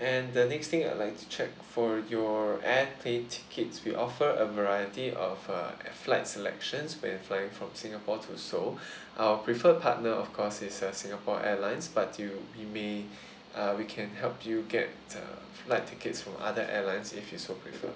and the next thing I would like to check for your airplane tickets we offer a variety of uh flight selections when flying from singapore to seoul our preferred partner of course is uh singapore airlines but you we may uh we can help you get uh flight tickets from other airlines if it's your prefer